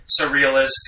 surrealist